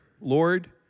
Lord